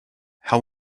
how